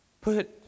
put